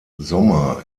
sommer